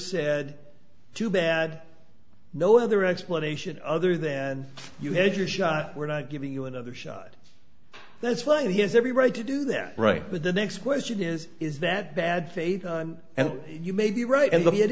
said too bad no other explanation other than you had your shot we're not giving you another shot that's what he has every right to do there right but the next question is is that bad faith and you may be right and